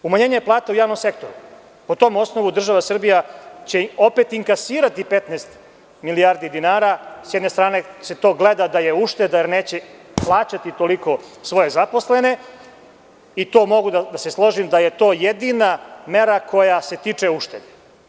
Umanjenje plata u javnom sektoru – po tom osnovu država Srbija će opet inkasirati 15 milijardi dinara, s jedne strane se gleda da je to ušteda, jer neće plaćati toliko svoje zaposlene, i to mogu da se složim da je to jedina mera koja se tiče uštede.